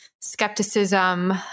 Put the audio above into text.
skepticism